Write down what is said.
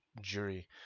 jury